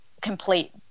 complete